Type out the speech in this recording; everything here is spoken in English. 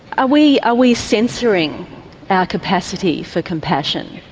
ah we ah we censoring our capacity for compassion?